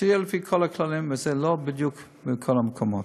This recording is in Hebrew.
שיהיה לפי כל הכללים, וזה לא בדיוק בכל המקומות.